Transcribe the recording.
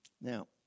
Now